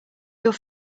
your